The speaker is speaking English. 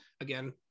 Again